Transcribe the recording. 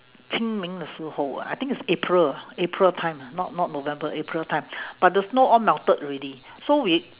清明的时候 ah I think it's april ah april time ah not not november april time but the snow all melted already so we